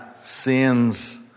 sins